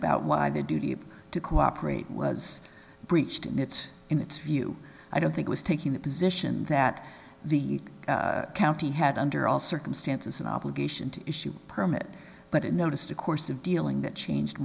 about why the duty to cooperate was breached it in its view i don't think was taking the position that the county had under all circumstances an obligation to issue a permit but it noticed a course of dealing that changed